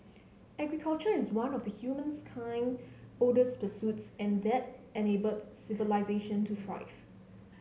agriculture is one of humanskind oldest pursuits and that enabled civilisation to thrive